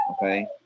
okay